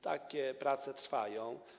Takie prace trwają.